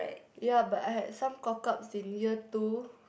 ya but I had some cock ups in year two